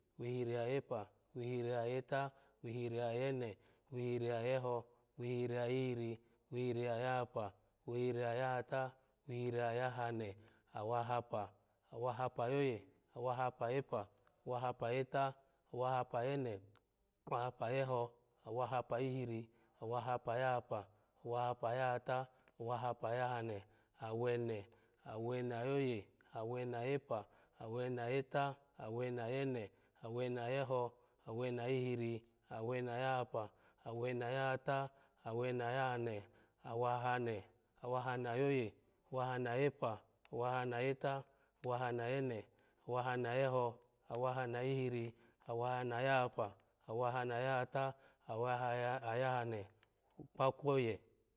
Awihiri-ayepa awihiri-yetu awihiri-yene awihiri-yeho awihiri-yihiri awihiri-yahapa awihiri-yahatu awihiri-yahane awahapa, awudahapa-ayoye awudahapa-yepa awudahapa-yetu awudahapa-yene awudahapa-yeho awudahapa-yihiri awudahapa-yahapa awudahapa-yahutu awudahapa-yahane awene, awenu-ayoye awenu-yepa awenu-yetu awenu-ayahane awenu-yeho awenu-yihiri awenu-yahapa awenu-yahata awenu-yahame awahane, awahane-ayoye awahane-yepu awahane-yetu awahane-yene awahane-yeho awahane-yihiri awahane-yahapa awahane-yahatu awahane-yahane ogbogbo